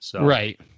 Right